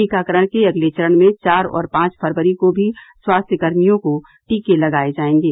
टीकाकरण के अगले चरण में चार और पांच फरवरी को भी स्वास्थ्यकर्मियों को टीके लगाए जाएंगे